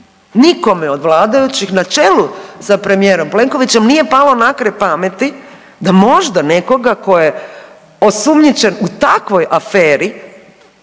Nikome od vladajućih na čelu sa premijerom Plenkovićem nije palo na kraj pameti da možda nekoga ko je osumnjičen u takvoj aferi